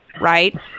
Right